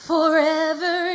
Forever